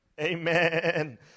Amen